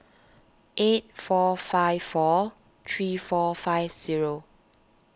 eight four five four three four five zero